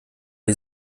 die